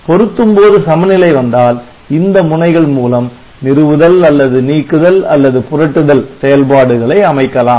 பொருத்தும் போது சமநிலை வந்தால் இந்த முனைகள் மூலம் நிறுவுதல் அல்லது நீக்குதல் அல்லது புரட்டுதல் செயல்பாடுகளை அமைக்கலாம்